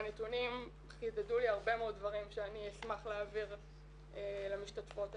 והנתונים חידדו לי הרבה מאוד דברים שאני אשמח להעביר למשתתפות השנה.